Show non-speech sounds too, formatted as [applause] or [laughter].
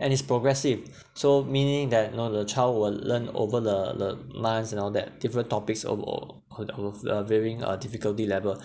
and it's progressive so meaning that you know the child will learn over the the months and all that you know different topics overall [noise] the varying uh difficulty level